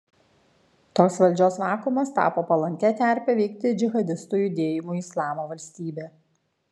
toks valdžios vakuumas tapo palankia terpe veikti džihadistų judėjimui islamo valstybė